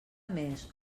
més